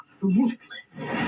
ruthless